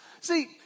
See